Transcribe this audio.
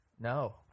no